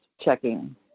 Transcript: checking